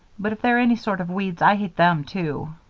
but if they're any sort of weeds i hate them, too.